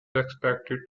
expected